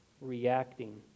reacting